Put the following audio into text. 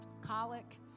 colic